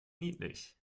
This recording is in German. niedlich